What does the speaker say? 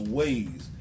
ways